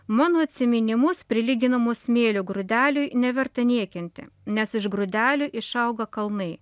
mano atsiminimus prilyginamus smėlio grūdeliui neverta niekinti nes iš grūdelių išauga kalnai